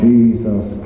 Jesus